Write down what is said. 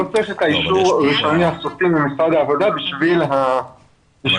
לא צריך את האישור הראשוני -- -הסופי ממשרד העבודה בשביל הבקשה.